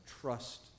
trust